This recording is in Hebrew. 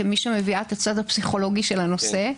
כמי שמביאה את הצד הפסיכולוגי של הנושא.